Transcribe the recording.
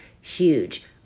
huge